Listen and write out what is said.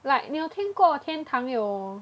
like 你有听过天堂有